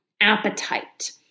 appetite